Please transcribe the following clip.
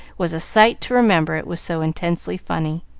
was a sight to remember, it was so intensely funny.